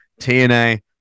TNA